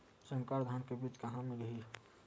संकर धान के बीज कहां मिलही?